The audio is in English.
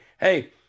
hey